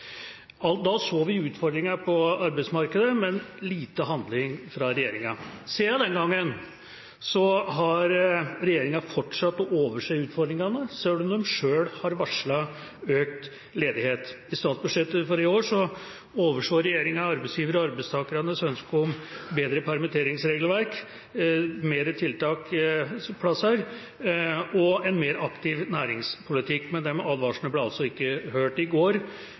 Alt da så vi utfordringer på arbeidsmarkedet, men lite handling fra regjeringa. Siden den gangen har regjeringa fortsatt å overse utfordringene, selv om de selv har varslet økt ledighet. I statsbudsjettet for i år overså regjeringa arbeidsgivernes og arbeidstakernes ønske om bedre permitteringsregelverk, flere tiltaksplasser og en mer aktiv næringspolitikk. De advarslene ble altså ikke hørt. I går